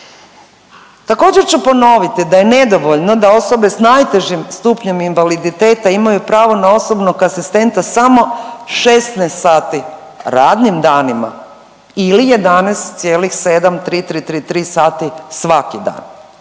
Također ću ponoviti da je nedovoljno da osobe sa najtežim stupnjem invaliditeta imaju pravo na osobnog asistenta samo 16 sati radnim danima ili 11,73333 sati svaki dan